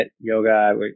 yoga